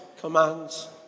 commands